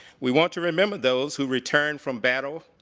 we want to remember those who return from battle,